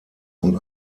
und